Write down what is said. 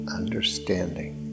understanding